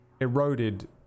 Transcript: eroded